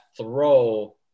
throw